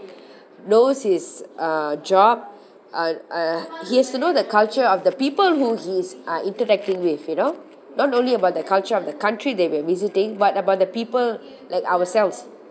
knows his uh job uh uh he has to know the culture of the people who he's uh interacting with you know not only about the culture of the country that we're visiting but about the people like ourselves